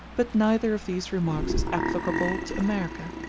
but neither of these remarks is applicable to america.